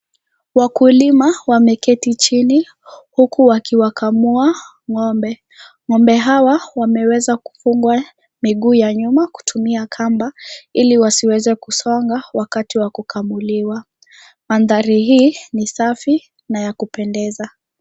Wakulima wameketi chini huku wakikamua ng'ombe, ng'ombe hawa wameweza kufungwa miguu ya nyuma kutumia kamba ili wasiweze kusonga wakati wa kukamuliwa mandhari hii ni safi na ya kupendeza..